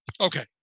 Okay